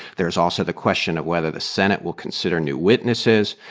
there's also the question of whether the senate will consider new witnesses.